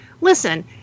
listen